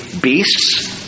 beasts